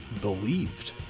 believed